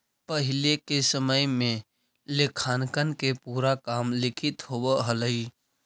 पहिले के समय में लेखांकन के पूरा काम लिखित होवऽ हलइ